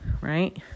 right